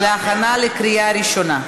להכנה לקריאה ראשונה.